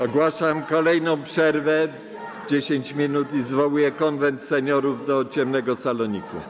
Ogłaszam kolejną przerwę - 10 minut - i zwołuję Konwent Seniorów do ciemnego saloniku.